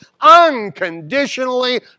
unconditionally